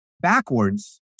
backwards